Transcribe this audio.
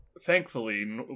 thankfully